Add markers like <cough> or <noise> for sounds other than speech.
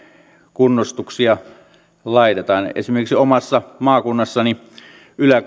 kunnostuksia laitetaan esimerkiksi omassa maakunnassani ylä <unintelligible>